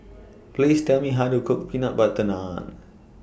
Please Tell Me How to Cook Butter Naan